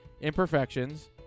imperfections